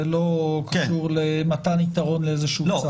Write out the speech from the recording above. זה לא קשור למתן יתרון לאיזשהו צד.